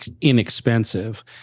inexpensive